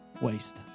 waste